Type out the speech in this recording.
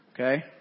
okay